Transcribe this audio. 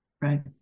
Right